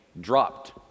dropped